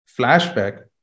flashback